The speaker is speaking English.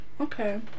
Okay